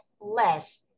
flesh